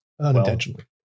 Unintentionally